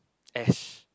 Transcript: Ash